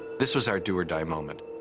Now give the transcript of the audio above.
this was our do-or-die moment,